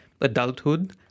adulthood